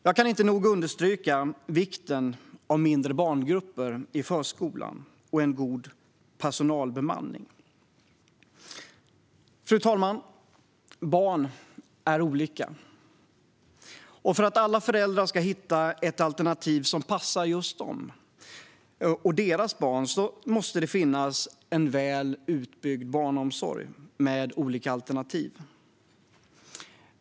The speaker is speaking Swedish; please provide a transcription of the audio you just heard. Jag kan inte nog understryka vikten av mindre barngrupper i förskolan och god personalbemanning. Barn är olika. För att alla föräldrar ska hitta ett alternativ som passar just dem och deras barn måste det finnas en väl utbyggd barnomsorg med olika alternativ.